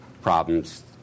problems